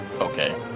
Okay